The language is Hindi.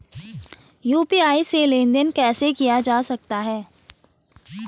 यु.पी.आई से लेनदेन कैसे किया जा सकता है?